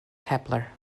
kepler